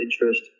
interest